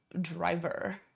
driver